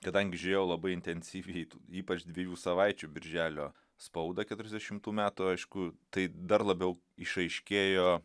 kadangi žiūrėjau labai intensyviai ypač dviejų savaičių birželio spaudą keturiasdešimtų metų aišku tai dar labiau išaiškėjo